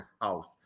house